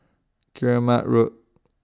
Keramat Road